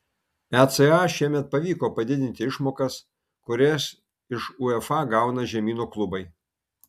eca šiemet pavyko padidinti išmokas kurias iš uefa gauna žemyno klubai